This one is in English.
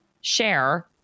share